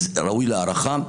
זה ראוי להערכה,